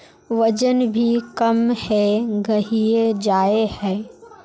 वजन भी कम है गहिये जाय है?